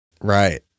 Right